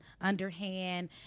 underhand